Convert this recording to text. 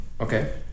Okay